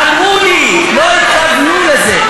אמרו לי, לא התכוונו לזה.